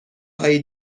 هایی